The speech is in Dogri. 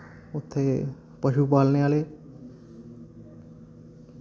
उत्थै पशु पालने आह्ले